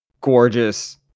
gorgeous